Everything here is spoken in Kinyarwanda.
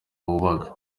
wubaka